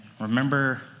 remember